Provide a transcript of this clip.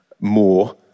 more